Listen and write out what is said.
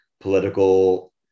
political